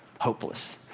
hopeless